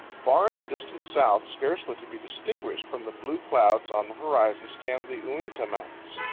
far in the distant south, scarcely to be distinguished from the blue clouds on the horizon, stand the uinta mountains.